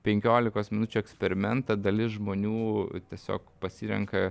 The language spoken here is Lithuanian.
penkiolikos minučių eksperimentą dalis žmonių tiesiog pasirenka